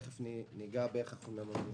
תיכף אגע בשאלה איך אנחנו מממנים.